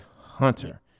Hunter